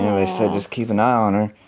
they said, just keep an eye on her,